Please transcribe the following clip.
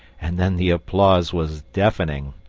and then the applause was deafening.